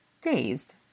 dazed